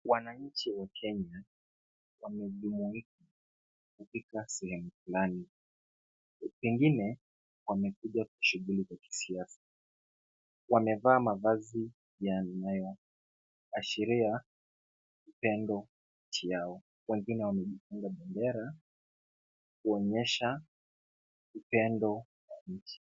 Wananchi wa Kenya, wamejumuika katika sehemu flani. Pengine wamekuja katika shughuli za kisiasa. Wamevaa mavazi yanayoashiria upendo kati yao. Wengine wamejifunga bendera kuonyesha upendo wa nchi.